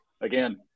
again